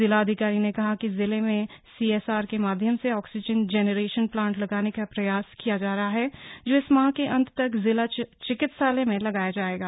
जिलाधिकारी ने कहा कि जिले में सीएसआर के माध्यम से ऑक्सीजन जेनरेशन प्लांट लगाने का प्रयास किया जा रहा हैं जो इस माह के अंत तक जिला चिकित्सालय में लगाया जायेगा